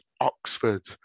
Oxford